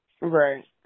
Right